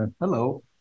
Hello